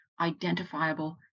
identifiable